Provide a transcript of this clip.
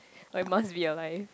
or like must be alive